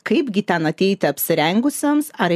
kaipgi ten ateiti apsirengusiems ar